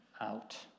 out